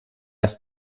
ist